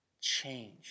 change